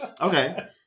Okay